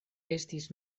estis